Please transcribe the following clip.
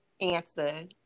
answer